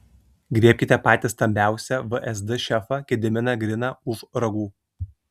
griebkite patį stambiausią vsd šefą gediminą griną už ragų